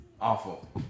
Awful